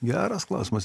geras klausimas